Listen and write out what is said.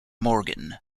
morgan